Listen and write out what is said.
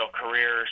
career